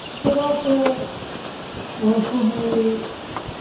ᱪᱮᱫᱟᱜ ᱥᱮ ᱩᱱᱠᱩ ᱜᱮ